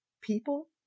people